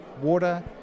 water